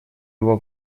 его